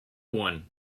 one